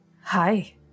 Hi